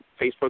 Facebook